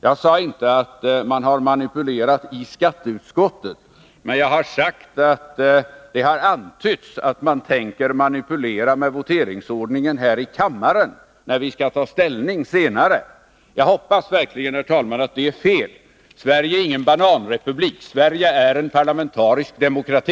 Jag sade inte att man manipulerat i skatteutskottet, men jag har sagt att det har antytts att man tänker manipulera med voteringsordningen här i kammaren, när vi senare skall ta ställning. Jag hoppas verkligen, herr talman, att det är fel. Sverige är ingen bananrepublik; Sverige är en parlamentarisk demokrati.